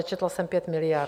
Četla jsem 5 miliard.